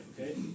okay